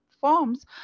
forms